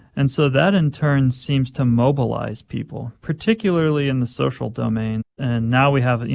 and so that in turn seems to mobilize people, particularly in the social domain. and now we have, you